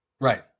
Right